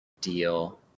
deal